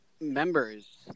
members